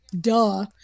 duh